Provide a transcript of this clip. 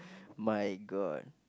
my god